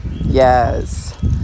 Yes